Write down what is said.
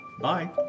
Bye